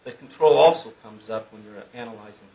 the control also comes up when you're analyzing